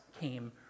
came